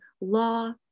law